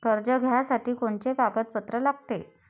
कर्ज घ्यासाठी कोनचे कागदपत्र लागते?